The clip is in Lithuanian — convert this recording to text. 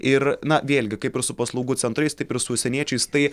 ir na vėlgi kaip ir su paslaugų centrais taip ir su užsieniečiais tai